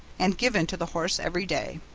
and given to the horse every day.